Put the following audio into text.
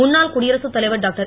முன்னாள் குடியரசுத் தலைவர் டாக்டர்